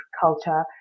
culture